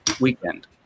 weekend